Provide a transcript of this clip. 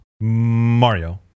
mario